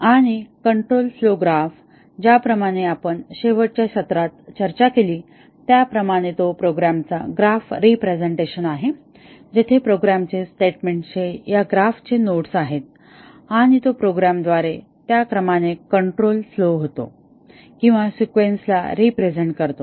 आणि control flow graph ज्याप्रमाणे आपण शेवटच्या सत्रात चर्चा केली त्याप्रमाणे तो प्रोग्रामचा ग्राफ रिप्रेझेंटेशन आहे जेथे प्रोग्रामची स्टेटमेंट्स या ग्राफ चे नोड्स आहेत आणि तो प्रोग्रामद्वारे त्या क्रमाने कंट्रोल फ्लोव होतो किंवा सिक्वेन्स ला रिप्रेझेन्ट करतो